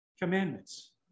commandments